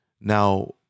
Now